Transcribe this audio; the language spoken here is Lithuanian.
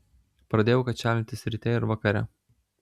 pradėjau kačialintis ryte ir vakare